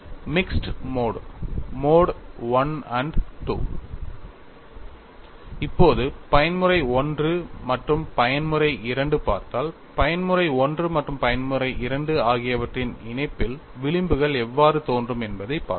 mixed mode mode - I and mode - II Mixed Mode இப்போது பயன்முறை I மற்றும் பயன்முறை II பார்த்தால் பயன்முறை I மற்றும் பயன்முறை II ஆகியவற்றின் இணைப்பில் விளிம்புகள் எவ்வாறு தோன்றும் என்பதைப் பார்ப்போம்